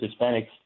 Hispanics